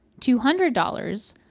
two hundred dollars,